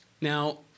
Now